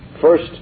first